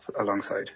alongside